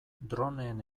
droneen